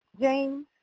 James